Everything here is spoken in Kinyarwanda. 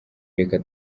reka